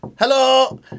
Hello